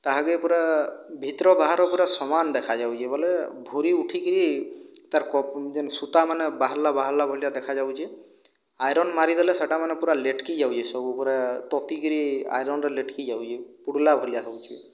ତାହାକୁ ପୁରା ଭିତର ବାହାର ପୂରା ସମାନ ଦେଖାଯାଉଛି ବୋଇଲେ ଭୁରି ଉଠିକରି ତା'ର ଯେଉଁ ସୂତାମାନେ ବାହାରିଲା ବାହାରିଲା ଭଳିଆ ଦେଖାଯାଉଛି ଆଇରନ୍ ମାରିଦେଲେ ସେଇଟା ମାନେ ପୂରା ଲେଟ୍କି ଯାଉଛି ସବୁ ପୂରା ତାତିକରି ଆଇରନ୍ରେ ଲେଟ୍କି ଯାଉଛି ପୋଡ଼ିଲା ଭଳିଆ ହେଉଛି